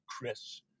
Chris